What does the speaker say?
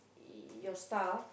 y~ your stuff